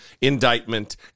indictment